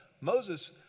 Moses